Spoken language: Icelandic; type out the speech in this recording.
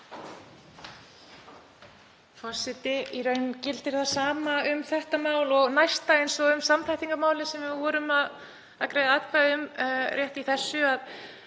forseti. Í raun gildir það sama um þetta mál og næsta og um samþættingarmálið sem við vorum að greiða atkvæði um rétt í þessu.